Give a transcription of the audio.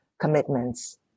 commitments